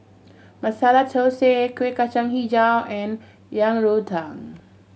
Masala Thosai Kueh Kacang Hijau and Yang Rou Tang